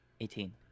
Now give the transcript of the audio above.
Eighteen